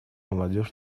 молодежь